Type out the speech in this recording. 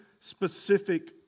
specific